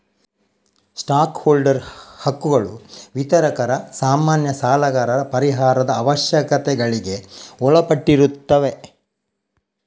stock holder ಹಕ್ಕುಗಳು ವಿತರಕರ, ಸಾಮಾನ್ಯ ಸಾಲಗಾರರ ಪರಿಹಾರದ ಅವಶ್ಯಕತೆಗಳಿಗೆ ಒಳಪಟ್ಟಿರುತ್ತವೆ